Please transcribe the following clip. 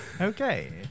Okay